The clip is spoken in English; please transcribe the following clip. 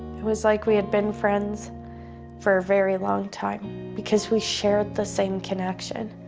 it was like we had been friends for very long time because we shared the same connection.